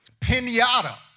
Pinata